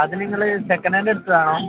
അത് നിങ്ങൾ second hand എടുത്തതാണോ